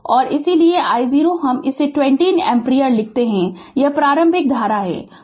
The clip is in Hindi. तो और इसीलिए I0 हम इसे 20 एम्पियर लिखते है वह प्रारंभिक धारा है